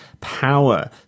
power